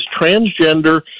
transgender